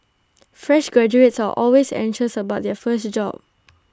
fresh graduates are always anxious about their first job